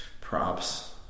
props